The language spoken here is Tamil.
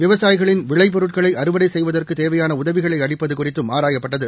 விவசாயிகளின் விளைப் பொருட்களை அறுவடை செய்வதற்கு தேவையான உதவிகளை அளிப்பது குறித்தும் ஆராயப்பட்டது